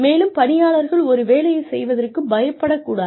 மேலும் பணியாளர்கள் ஒரு வேலையை செய்வதற்கு பயப்படக் கூடாது